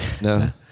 No